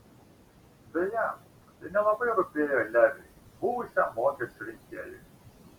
beje tai nelabai rūpėjo leviui buvusiam mokesčių rinkėjui